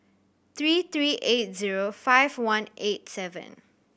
three three eight zero five one eight seven